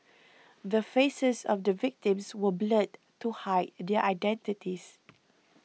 the faces of the victims were blurred to hide their identities